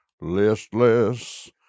listless